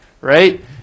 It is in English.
right